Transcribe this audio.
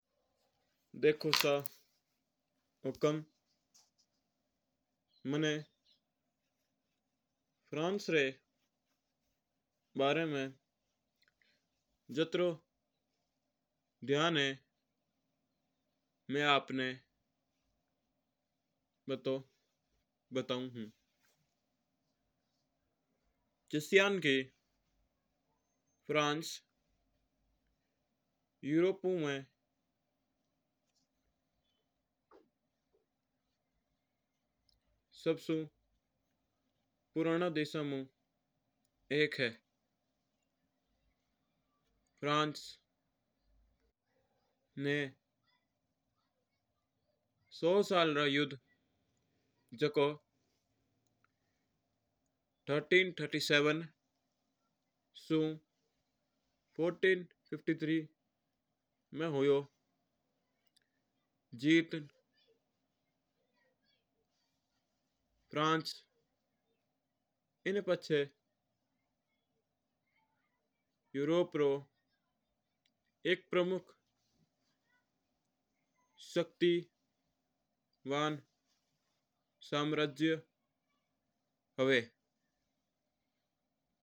देखो सा हुकम मना फ्रांस बार माँ जात्रोई ध्यान है माँ आपना बारे बताऊ हूँ। जिस्यान्नी की फ्रांस यूरोपियन हूँ है सबसू पुराणु देशा में एक है फ्रांस ना सौ साल रा युद्ध तेरह सौ सैंतीस सुँ चौदह सौ चौवन में हुआ होयो। जित्त फ्रांस इन पिचा यूरोपियन कंट्रीज को सबू शक्तिमान देश बांगो।